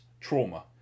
trauma